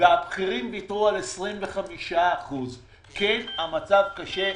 והבכירים ויתרו על 25% כי המצב קשה.